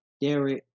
Derek